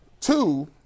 Two